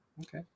okay